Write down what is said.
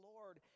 Lord